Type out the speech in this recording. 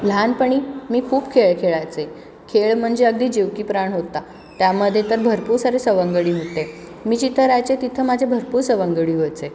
लहानपणी मी खूप खेळ खेळायचे खेळ म्हणजे अगदी जीव की प्राण होता त्यामध्ये तर भरपूर सारे सवंगडी होते मी जिथं राहायचे तिथं माझे भरपूर सवंगडी व्हायचे